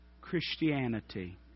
Christianity